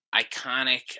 iconic